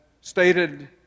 stated